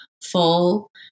full